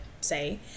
say